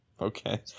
Okay